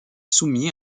soumis